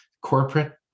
corporate